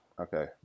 Okay